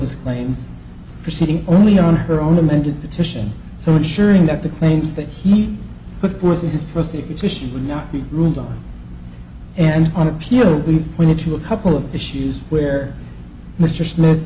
his claims proceeding only on her own amended petition so ensuring that the claims that he put forth in his prosecution would not be ruled on and on appeal we've pointed to a couple of issues where mr smith